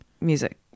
music